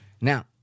Now